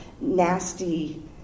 nasty